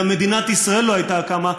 גם מדינת ישראל לא הייתה קמה,